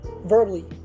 Verbally